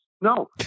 No